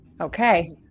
okay